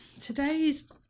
Today's